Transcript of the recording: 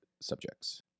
subjects